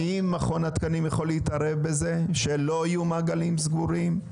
האם מכון התקנים יכול להתערב בזה שלא יהיו מעגלים סגורים?